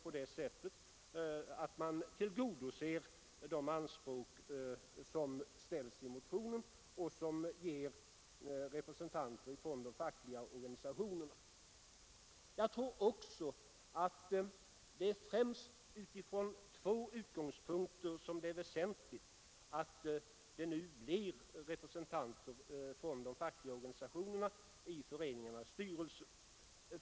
På det sättet tillgodoses de anspråk som ställs i motionen på representanter från de fackliga organisationerna. Jag tror också att det främst från två utgångspunkter är väsentligt att det nu blir representanter för de fackliga organisationerna i föreningarnas styrelser.